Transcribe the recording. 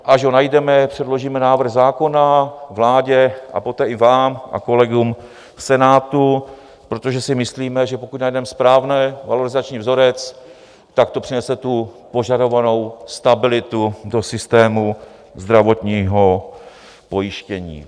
Až ho najdeme, předložíme návrh zákona vládě a poté i vám a kolegům v Senátu, protože si myslíme, že pokud najdeme správný valorizační vzorec, tak to přinese tu požadovanou stabilitu do systému zdravotního pojištění.